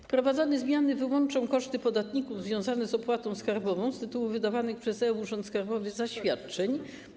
Wprowadzane zmiany wyłączą koszty podatników związane z opłatą skarbową z tytułu wydawanych przez e-Urząd Skarbowy zaświadczeń.